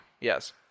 Yes